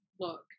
look